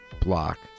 block